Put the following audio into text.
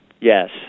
Yes